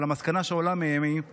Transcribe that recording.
אבל המסקנה שעולה מהם לא